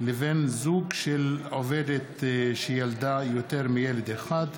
לבן זוג של עובדת שילדה יותר מילד אחד)